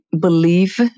believe